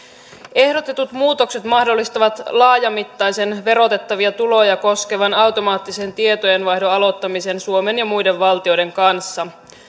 ehdotetut muutokset mahdollistavat laajamittaisen verotettavia tuloja koskevan automaattisen tietojenvaihdon aloittamisen suomen ja muiden valtioiden kanssa